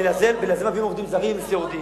בגלל זה מביאים עובדים זרים לסיעודיים.